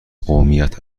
قومیت